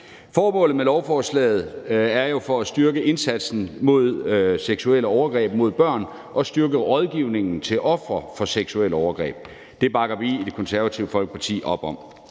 Formålet med lovforslaget er jo at styrke indsatsen mod seksuelle overgreb mod børn og styrke rådgivningen til ofre for seksuelle overgreb. Det bakker vi i Det Konservative Folkeparti op om.